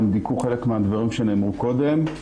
הם ביטאו חלק מהדברים שנאמרו קודם.